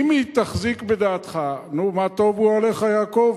אם היא תחזיק בדעתך, נו, מה טובו אוהליך יעקב,